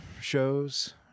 shows